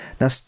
now